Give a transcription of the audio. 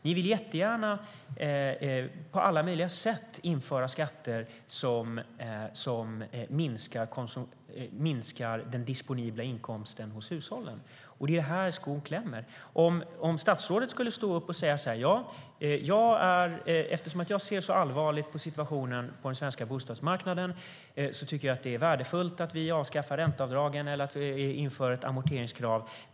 Ni vill jättegärna på alla möjliga sätt införa skatter som minskar den disponibla inkomsten hos hushållen. Det är här skon klämmer. Statsrådet skulle kunna ställa sig upp och säga: Eftersom jag ser så allvarligt på situationen på den svenska bostadsmarknaden tycker jag att det är värdefullt att vi avskaffar ränteavdragen eller inför ett amorteringskrav.